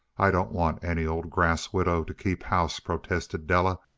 i don't want any old grass widow to keep house, protested della.